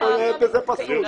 אין בזה פסול.